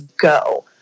go